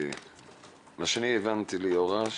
מה שהבנתי, ליאורה,